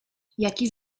jaki